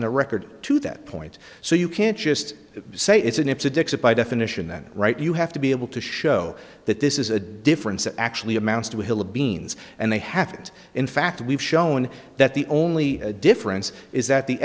in the record to that point so you can't just say it's an it's addictive by definition that right you have to be able to show that this is a difference that actually amounts to a hill of beans and they have to in fact we've shown that the only difference is that the